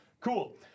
Cool